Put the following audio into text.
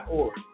org